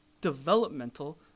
developmental